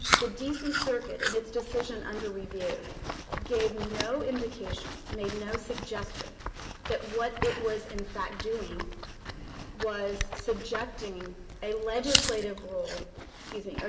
the d c. circuit in and its decision under review gave no indication, made no suggestion that what it was, in fact, doing was subjecting a legislative rule excuse me, ah